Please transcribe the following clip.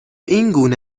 اینگونه